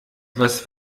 was